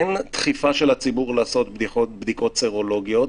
אין דחיפה של הציבור לעשות בדיקות סרולוגיות.